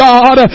God